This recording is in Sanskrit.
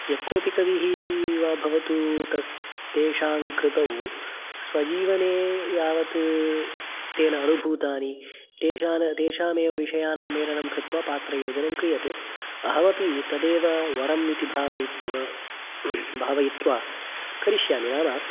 यः कोऽपि कविः वा भवतु तेषां कृतौ स्वजीवने यावत् तेन अनुभूतानि तेषामेव विषयानां मेलनं कृत्वा पात्रयोजनं क्रियते अहमपि तदेव वरम् इति भावयित्वा भावयित्वा करिष्यामि नाम